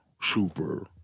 super